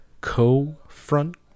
co-front